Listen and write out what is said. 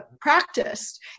practiced